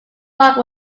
rock